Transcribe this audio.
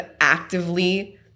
actively